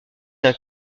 d’un